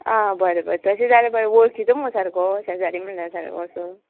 आं बरें बरें तशें जाल्यार बरें वळखीचो मुगो सारको शेजारी म्हणल्यार सारको असो